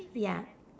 ya